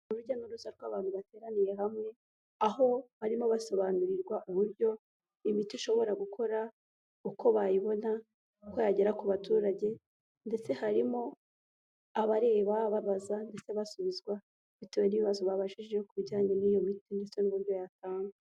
Urujya n'uruza rw'abantu bateraniye hamwe aho barimo basobanurirwa uburyo imiti ishobora gukora, uko bayibona, uko yagera ku baturage ndetse harimo abareba babaza ndetse basubizwa bitewe n'ibibazo babajije ku bijyanye n'iyo miti n'uburyo yatangwa.